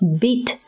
beat